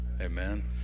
Amen